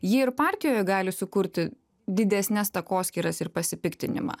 ji ir partijoje gali sukurti didesnes takoskyras ir pasipiktinimą